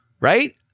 right